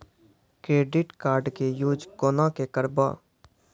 Credit card के use कोना के करबऽ?